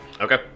Okay